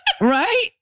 right